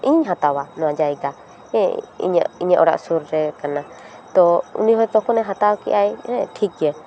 ᱤᱧ ᱦᱟᱛᱟᱣᱟ ᱱᱚᱣᱟ ᱡᱟᱭᱜᱟ ᱦᱮᱸ ᱤᱧᱟᱹᱜ ᱚᱲᱟᱜ ᱥᱩᱨᱮ ᱠᱟᱱᱟ ᱛᱚ ᱩᱱᱤ ᱦᱳᱭᱛᱳ ᱛᱚᱠᱷᱚᱱᱮ ᱦᱟᱛᱟᱣ ᱠᱮᱫᱼᱟᱭ ᱦᱮᱸ ᱴᱷᱤᱠ ᱜᱮᱭᱟ